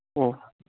oh